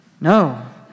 No